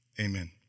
amen